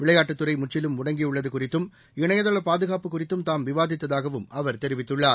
விளையாட்டுத்துறை முற்றிலும் முடங்கியுள்ளது குறித்தும் இணையதள பாதுகாப்பு குறித்தும் தாம் விவாதித்ததாகவும் அவர் தெரிவித்துள்ளார்